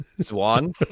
Swan